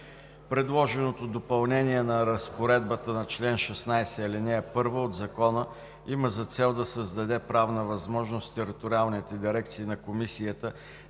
Предложеното допълнение на разпоредбата на чл. 16, ал. 1 от Закона има за цел да създаде правна възможност в териториалните дирекции на Комисията